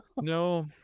No